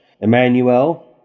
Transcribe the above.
Emmanuel